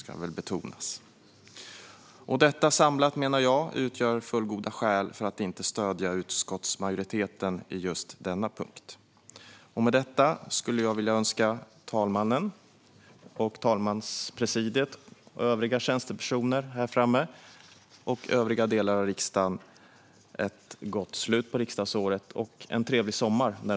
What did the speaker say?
Jag menar att detta samlat utgör fullgoda skäl för att inte stödja utskottsmajoriteten på just denna punkt. Med detta vill jag önska talmannen, talmanspresidiet och övriga tjänstepersoner här och i övriga delar av riksdagen ett gott slut på riksdagsåret och en trevlig sommar.